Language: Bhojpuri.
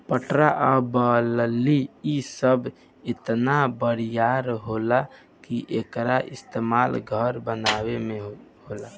पटरा आ बल्ली इ सब इतना बरियार होला कि एकर इस्तमाल घर बनावे मे भी होला